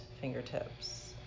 fingertips